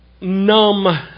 numb